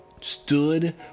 stood